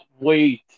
wait